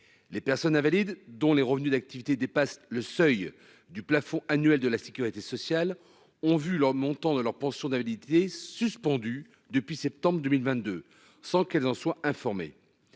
Les personnes invalides, dont les revenus d'activité dépasse le seuil du plafond annuel de la Sécurité sociale ont vu le montant de leur pension d'invalidité suspendu depuis septembre 2022 sans qu'elles en soient informés.